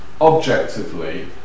objectively